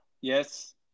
Yes